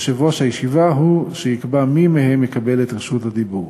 יושב-ראש הישיבה הוא שיקבע מי מהם יקבל את רשות הדיבור.